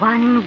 One